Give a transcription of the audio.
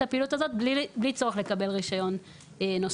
הפעילות הזאת בלי צורך לקבל רישיון נוסף.